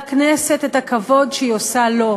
לכנסת את הכבוד שהיא עושה לו.